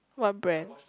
what brand